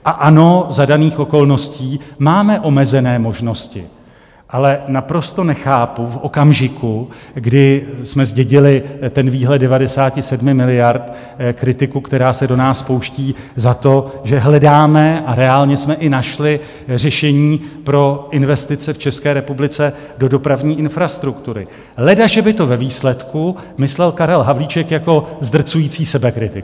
A ano, za daných okolností máme omezené možnosti, ale naprosto nechápu v okamžiku, kdy jsme zdědili výhled 97 miliard, kritiku, která se do nás pouští za to, že hledáme a reálně jsme i našli řešení pro investice v České republice do dopravní infrastruktury, ledaže by to ve výsledku myslel Karel Havlíček jako zdrcující sebekritiku.